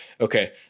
okay